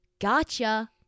gotcha